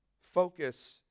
focus